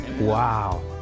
Wow